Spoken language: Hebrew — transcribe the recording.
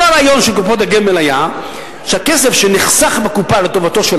כל הרעיון של קופות הגמל היה שהכסף שנחסך בקופה לטובתו של